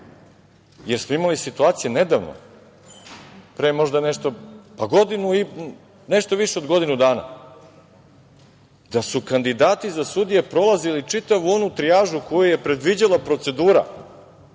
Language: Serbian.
smo situaciju nedavno, pre možda nešto više od godinu dana, da su kandidati za sudije prolazili čitavu onu trijažu koju je predviđala procedura